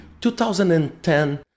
2010